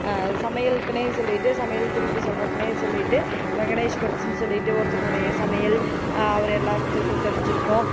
சமையலுக்குனே சொல்லிட்டு சமையல் குறிப்பு சொல்றதுக்குனே சொல்லிட்டு வெங்கடேஷ் பட்ன்னு சொல்லிட்டு ஒருத்தருன்னுடைய சமையல் அவர் எல்லாத்துக்கும் தெரிஞ்சுருக்கும்